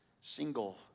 single